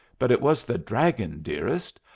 but it was the dragon, dearest.